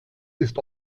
ist